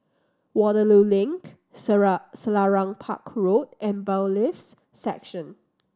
Waterloo Link Selarang Park Road and Bailiffs' Section